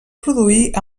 produir